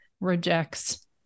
rejects